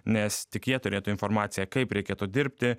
nes tik jie turėtų informaciją kaip reikėtų dirbti